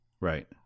Right